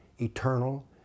eternal